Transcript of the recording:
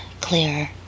clearer